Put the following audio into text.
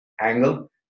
angle